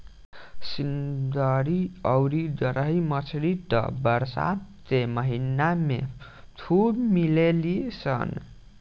सिधरी अउरी गरई मछली त बरसात के महिना में खूब मिलेली सन